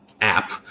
app